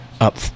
up